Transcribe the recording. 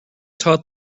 taught